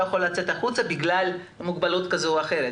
יכול לצאת החוצה בגלל מוגבלות כזו או אחרת.